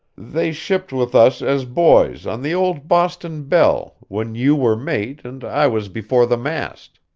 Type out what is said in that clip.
they shipped with us as boys on the old boston belle, when you were mate and i was before the mast.